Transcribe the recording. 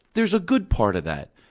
there's a good part of that.